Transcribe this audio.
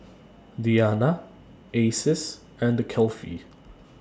Diyana Aziz and The Kefli